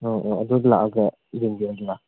ꯑꯣ ꯑꯣ ꯑꯗꯨꯗꯤ ꯂꯥꯛꯑꯒ ꯌꯦꯡꯕꯤꯔꯣ ꯂꯥꯎ